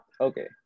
Okay